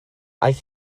aeth